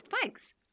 thanks